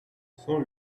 cent